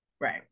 Right